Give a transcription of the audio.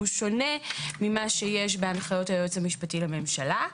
שהוא שונה ממה שיש בהנחיות היועץ המשפטי לממשלה.